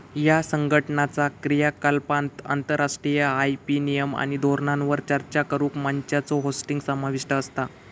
ह्या संघटनाचा क्रियाकलापांत आंतरराष्ट्रीय आय.पी नियम आणि धोरणांवर चर्चा करुक मंचांचो होस्टिंग समाविष्ट असता